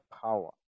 power